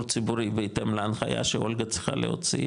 הציבורי בהתאם להנחיה שאולגה צריכה להוציא,